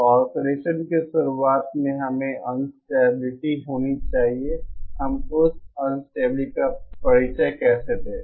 तो ऑसिलेसन की शुरुआत में हमें अनस्टेबिलिटी होनी चाहिए हम उस अनस्टेबिलिटी का परिचय कैसे दें